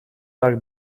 dag